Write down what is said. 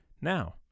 Now